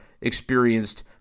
experienced